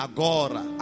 Agora